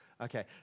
Okay